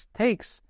takes